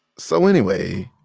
so anyway,